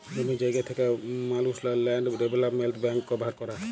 জমি জায়গা থ্যাকা মালুসলা ল্যান্ড ডেভলোপমেল্ট ব্যাংক ব্যাভার ক্যরে